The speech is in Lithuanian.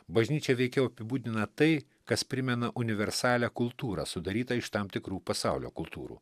bažnyčia veikiau apibūdina tai kas primena universalią kultūrą sudarytą iš tam tikrų pasaulio kultūrų